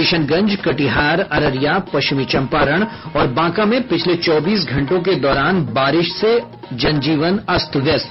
किशनगंज कटिहार अररिया पश्चिमी चंपारण और बांका में पिछले चौबीस घंटों के दौरान बारिश से जनजीवन अस्त व्यस्त